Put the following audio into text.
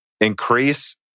increase